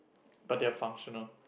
but they're functional